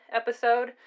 episode